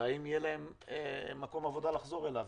ואם יהיה להם מקום עבודה לחזור אליו.